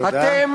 אתם